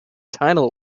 title